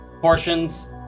portions